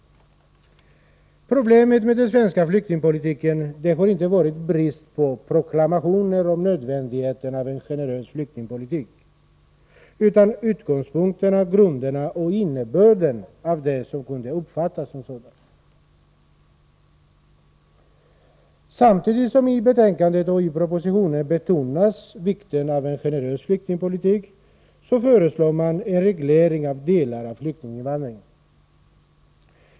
Problemet med den svenska flyktingpolitiken har inte varit brist på proklamationer om nödvändigheten av en generös flyktingpolitik utan utgångspunkterna, grunderna och innebörden av det som kunde uppfattas som en sådan. Samtidigt som man i betänkande och i proposition betonar vikten av en generös flyktingpolitik föreslår man en reglering av delar av flyktinginvandringen.